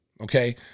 Okay